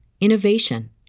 innovation